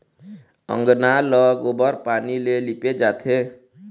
अंगना ल गोबर पानी ले लिपे जाथे